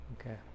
Okay